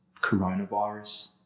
coronavirus